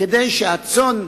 כדי שהצאן,